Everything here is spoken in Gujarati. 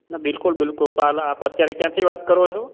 ના બિલકુલ બિલકુલ પણ આપ અત્યારે ક્યાંથી વાત કરો છો